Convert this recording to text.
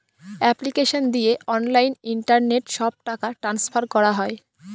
application দিয়ে online internet সব টাকা ট্রান্সফার করা হয়